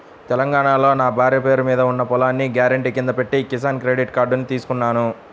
తెలంగాణాలో నా భార్య పేరు మీద ఉన్న పొలాన్ని గ్యారెంటీ కింద పెట్టి కిసాన్ క్రెడిట్ కార్డుని తీసుకున్నాను